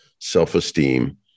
self-esteem